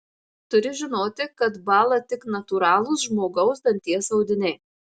turi žinoti kad bąla tik natūralūs žmogaus danties audiniai